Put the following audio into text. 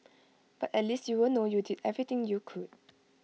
but at least you'll know you did everything you could